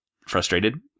frustrated